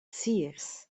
seers